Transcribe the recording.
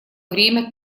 время